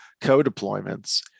co-deployments